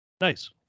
nice